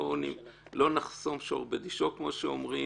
לא נחסום שור בדישו, כמו שאומרים.